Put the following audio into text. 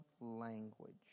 language